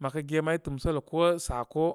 mə kəge may tɨsələ ko sako.